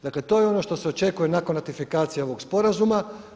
Dakle, to je ono što se očekuje nakon ratifikacije ovog sporazuma.